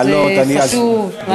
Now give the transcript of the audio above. זה חשוב,